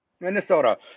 Minnesota